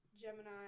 Gemini